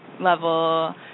level